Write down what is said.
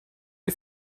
est